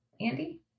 Andy